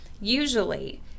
usually